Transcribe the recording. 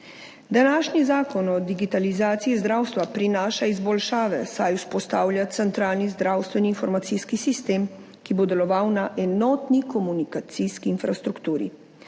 Današnji Zakon o digitalizaciji zdravstva prinaša izboljšave, saj vzpostavlja centralni zdravstveni informacijski sistem, ki bo deloval na enotni komunikacijski infrastrukturi.